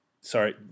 sorry